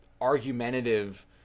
argumentative